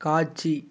காட்சி